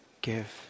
give